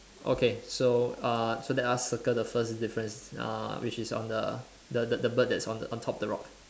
okay so uh so let us circle the first difference uh which is on the the the the bird that's on the on top of the rock